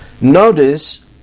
Notice